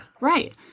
Right